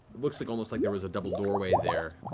looks like almost like there was a double doorway there,